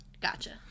Gotcha